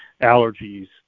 allergies